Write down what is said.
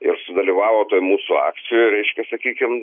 ir sudalyvavo toj mūsų akcijoje reiškia sakykim